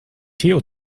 theo